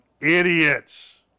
idiots